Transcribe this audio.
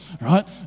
right